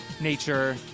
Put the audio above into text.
nature